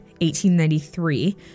1893